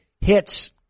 hits